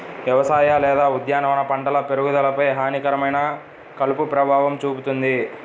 వ్యవసాయ లేదా ఉద్యానవన పంటల పెరుగుదలపై హానికరమైన కలుపు ప్రభావం చూపుతుంది